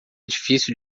difícil